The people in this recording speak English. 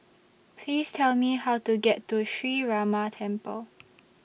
Please Tell Me How to get to Sree Ramar Temple